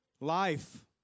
Life